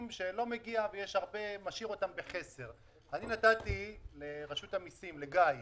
(2)לא הושלמה במשרד פקיד השומה קליטת דוח לשנת המס 2019 לפני הגשת תביעה